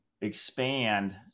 expand